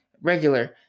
regular